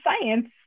science